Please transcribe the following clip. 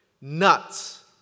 nuts